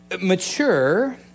mature